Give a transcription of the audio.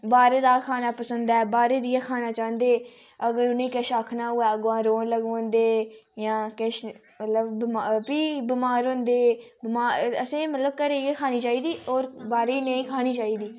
बाह्रे दा गै खाना पसंद ऐ बाह्रै दी गै खाना चांह्दे अगर उ'नेंई किश आखना होऐ अग्गुआं रोन लगी पौंदे जां किश मतलब बमा फ्ही बमार होंदे बमार असेंई मतलब घरै दी गै खानी चाहिदी होर बाह्रै दी नेईं खानी चाहिदी